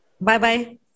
Bye-bye